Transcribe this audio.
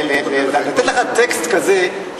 לתת לך טקסט כזה,